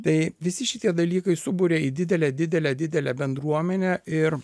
tai visi šitie dalykai suburia į didelę didelę didelę bendruomenę ir